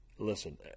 Listen